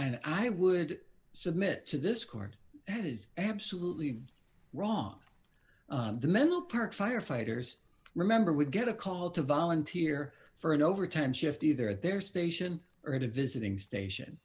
and i would submit to this court that is absolutely wrong the mental part firefighters remember would get a call to volunteer for an overtime shift either at their station or at a visiting station